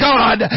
God